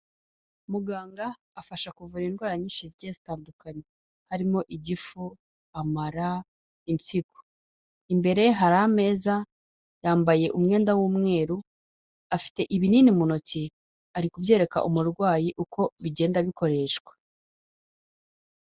Muganga afasha kuvura indwara nyinshi zigiye zitandukanye, harimo igifu, amara, impyiko, imbere hari ameza yambaye umwenda w'umweru, afite ibinini mu ntoki ari kubyereka umurwayi uko bigenda bikoreshwa.